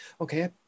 okay